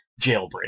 jailbreak